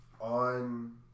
on